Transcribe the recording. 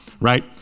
right